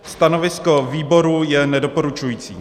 Stanovisko výboru je nedoporučující.